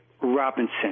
Robinson